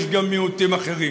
יש גם מיעוטים אחרים,